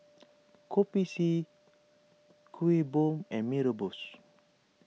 Kopi C Kuih Bom and Mee Rebus